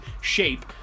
shape